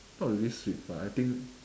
not really sweet but I think